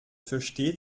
versteht